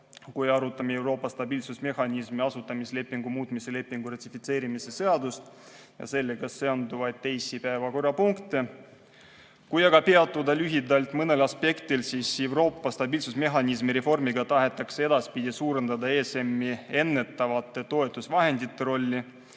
kui arutameEuroopa stabiilsusmehhanismi asutamislepingu muutmise lepingu ratifitseerimise seaduse eelnõu ja sellega seonduvaid teisi päevakorrapunkte. Kui aga peatuda lühidalt mõnel aspektil, siis Euroopa stabiilsusmehhanismi reformiga tahetakse edaspidi suurendada ESM-i ennetavate toetusvahendite rolli,